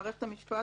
מערכת המשפט,